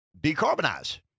decarbonize